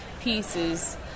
pieces